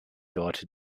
dort